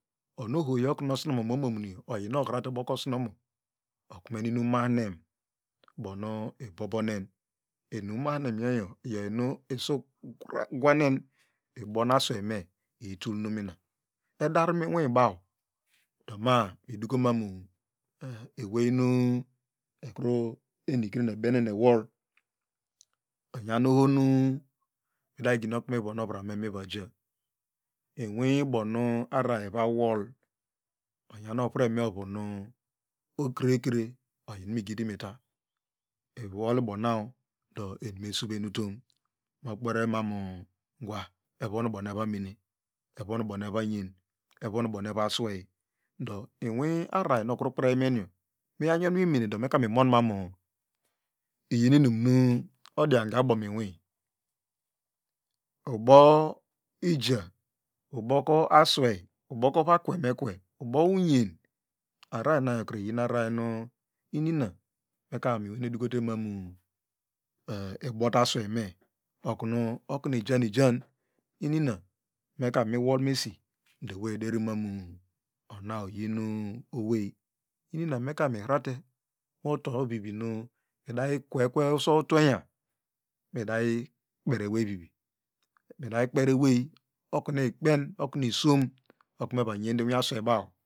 Onohogo okunu osinomome omomunu yo oyi nu ohrate ubo osinomo okwen in hnem bonu ibobosemen inumahine yo us gwane ibonu aswe me iyitulnumina edar minwibaw do ma miduko manu ewey nu enikre ebene ewol inyan ohonu mida gidi okunu mivon ovrane muoja inwi bonu ararar ivo wol onyan ovre me ovu nu ekre ekre migidimita iwolbona do eni me surenutom okperme mamu ngwa evo nu bona evamene evo nu bona evo ngan evon bona eva awey so inwi araranu okru kperimeny miyaw ngon mi ini umeneso meka mimonmamu iyin inemu odyanke abom minwi ubo ija uboku aswey uboko okuvakwenekase ubo unuene ararar nekre iyin ararar nu inina meka monwane duko te mamu nh eh mibote aswey me okunu okunu ijan ijan inina meka miwolmesido awey ederimamu ona oyin owey inina meka mihrate muto vivi nu iday kwekwe usow twenyam mida kperi awey vivi miday kperi awey okunu ikpen okunu isom okunu eva nyende mu inwi aswey baw